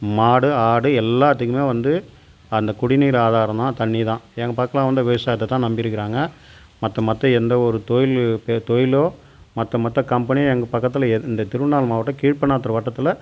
மாடு ஆடு எல்லாத்துக்குமே வந்து அந்த குடிநீர் ஆதாரம் தான் தண்ணி தான் எங்கள் பக்கல்லாம் வந்து விவசாயத்தை தான் நம்பி இருக்கிறாங்க மற்ற மற்ற எந்த ஒரு தொழில் தொழிலோ மற்ற மற்ற கம்பெனியோ ந எங்கள் பக்கத்தில் எது இந்த திருவண்ணாமலை மாவட்டம் கீழ்ப்பண்ணாதுறை வட்டத்தில்